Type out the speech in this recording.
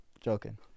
Joking